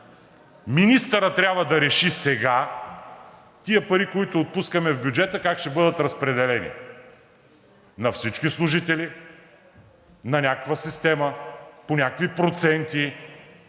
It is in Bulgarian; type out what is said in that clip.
Министърът трябва да реши сега тези пари, които отпускаме в бюджета, как ще бъдат разпределени – на всички служители, на някаква система, по някакви проценти,